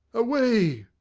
away!